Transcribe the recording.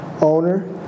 owner